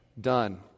done